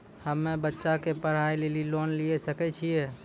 हम्मे बच्चा के पढ़ाई लेली लोन लिये सकय छियै?